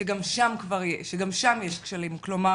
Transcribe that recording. שגם שם יש כשלים, כלומר